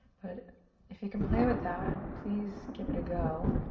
but if you can play with that, please give it a go.